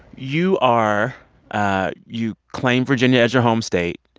you are ah you claim virginia as your home state.